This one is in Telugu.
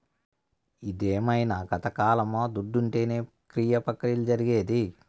ఇదేమైన గతకాలమా దుడ్డుంటేనే క్రియ ప్రక్రియలు జరిగేది